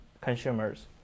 consumers